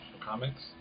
Comics